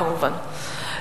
כמובן,